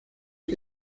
que